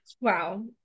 wow